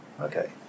Okay